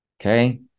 Okay